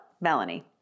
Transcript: Melanie